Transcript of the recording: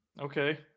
Okay